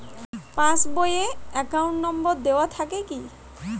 Pass বই এ account number দেওয়া থাকে কি?